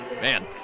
man